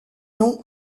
nom